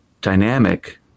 dynamic